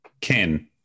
Ken